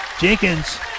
Jenkins